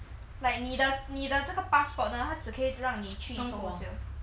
like 你的你的这个 passport 呢它只可以让你去多久